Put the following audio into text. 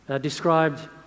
described